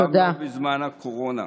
גם לא בזמן הקורונה.